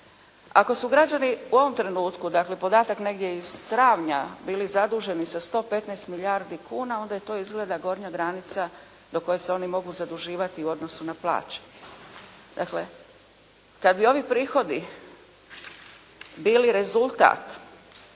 Ako su građani u ovom trenutku, dakle, podatak negdje iz travnja bili zaduženi sa 115 milijardi kuna, onda je to izgleda gornja granica do koje se oni mogu zaduživati u odnosu na plaće. Dakle, kada bi ovi prihodi bili rezultat